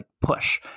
push